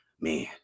man